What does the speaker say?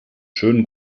schönen